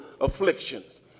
afflictions